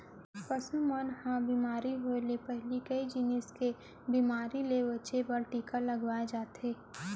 पसु मन ल बेमारी होय ले पहिली कई जिनिस के बेमारी ले बचाए बर टीका लगवाए जाथे